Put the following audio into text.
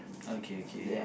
okay okay